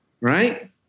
right